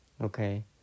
Okay